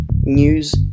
news